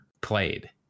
played